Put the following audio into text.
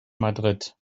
madrid